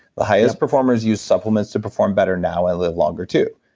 the highest performers use supplements to perform better now and live longer too.